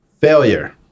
Failure